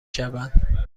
شوند